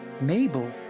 Mabel